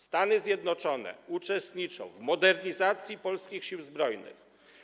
Stany Zjednoczone uczestniczą w modernizacji polskich Sił Zbrojnych.